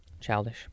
Childish